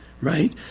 Right